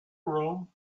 room